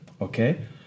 okay